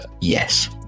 Yes